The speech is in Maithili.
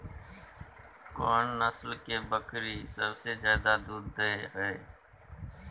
कोन नस्ल के बकरी सबसे ज्यादा दूध दय हय?